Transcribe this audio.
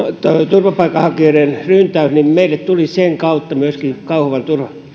turvapaikanhakijoiden ryntäyksen kautta meille tuli myöskin kauhavalle